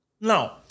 Now